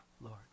Lord